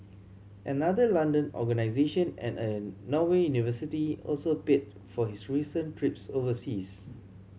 another London organisation and a Norway university also paid for his recent trips overseas